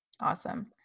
Awesome